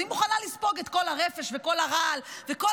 אני מוכנה לספוג את כל הרפש וכל הרעל וכל